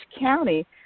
County